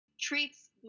treats